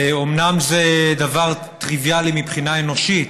אומנם זה דבר טריוויאלי מבחינה אנושית,